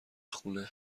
خونه